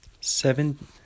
Seven